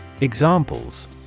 Examples